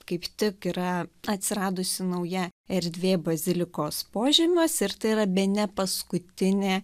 kaip tik yra atsiradusi nauja erdvė bazilikos požemiuos ir tai yra bene paskutinė